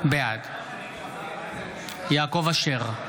בעד יעקב אשר,